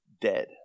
dead